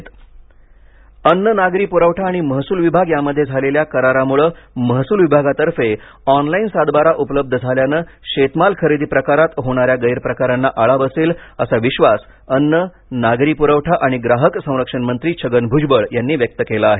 भ्जबळ अन्न नागरी प्रवठा आणि महसूल विभाग यांमध्ये झालेल्या करारामुळे महसुल विभागातर्फे ऑनलाइन सातबारा उपलब्ध झाल्यानं शेतमाल खरेदी प्रकारात होणाऱ्या गैरप्रकारांना आळा बसेल असा विश्वास अन्न नागरी पुरवठा आणि ग्राहक संरक्षण मंत्री छगन भुजबळ यांनी व्यक्त केला आहे